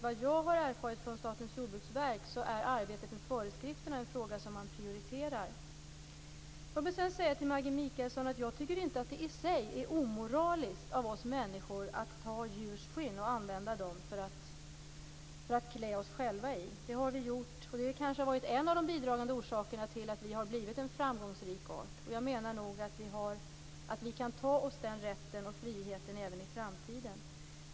Vad jag har erfarit från Statens jordbruksverk prioriteras arbetet med föreskrifterna. Jag tycker inte att det i sig, Maggi Mikaelsson, är omoraliskt av oss människor att använda djurs skinn att kläda oss i. Det har vi gjort och det har kanske varit en av orsakerna till att vi har blivit en framgångsrik art. Jag menar att vi kan ta oss den rätten och friheten även i framtiden.